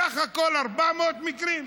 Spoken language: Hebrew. בסך הכול 400 מקרים.